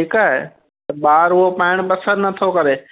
ठीकु आहे त ॿार उहो पाइणु पसंदि नथो करे